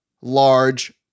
large